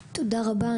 א': תודה רבה.